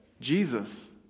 Jesus